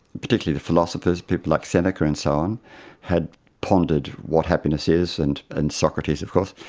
particularly the philosophers, people like seneca and so, on had pondered what happiness is, and and socrates of course,